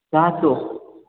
सात सौ